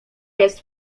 jest